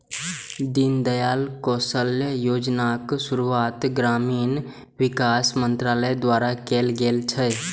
दीनदयाल कौशल्य योजनाक शुरुआत ग्रामीण विकास मंत्रालय द्वारा कैल गेल छै